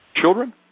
children